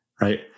Right